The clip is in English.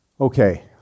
Okay